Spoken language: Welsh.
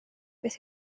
beth